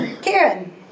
Karen